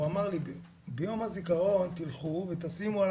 הוא אמר לי 'ביום הזיכרון תלכו ותשימו על